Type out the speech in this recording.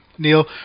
Neil